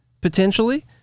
potentially